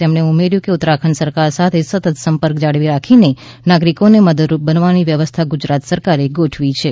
તેમણે ઉમેર્યું કે ઉતરાખંડ સરકાર સાથે સતત સંપર્ક જાળવી રાખીને નાગરિકોને મદદરૂપ બનવાની વ્યવસ્થા ગુજરાત સરકારે ગોઠવી છે